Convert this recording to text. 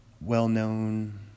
well-known